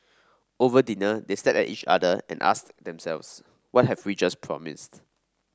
over dinner they stared at each other and asked themselves What have we just promised